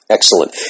Excellent